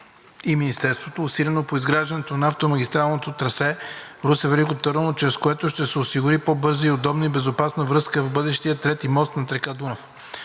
и Министерството работят усилено по изграждането на автомагистралното трасе Русе – Велико Търново, чрез което ще се осигури по-бърза, удобна и безопасна връзка с бъдещия трети мост над река Дунав.